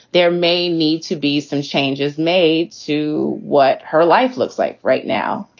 there may need to be some changes made to what her life looks like right now.